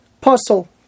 Puzzle